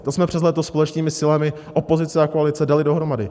To jsme přes léto společnými silami opozice a koalice dali dohromady.